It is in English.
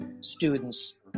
students